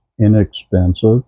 inexpensive